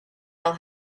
will